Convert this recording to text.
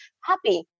happy